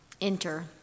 enter